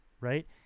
right